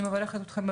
אני מברכת אתכם.